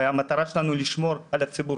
המטרה שלנו היא לשמור על הציבור,